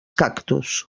cactus